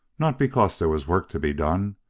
not because there was work to be done,